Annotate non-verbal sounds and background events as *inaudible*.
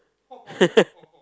*laughs*